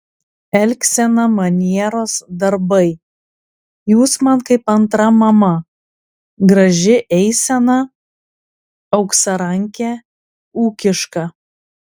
elgsena manieros darbai jūs man kaip antra mama graži eisena auksarankė ūkiška